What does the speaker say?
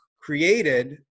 created